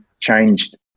changed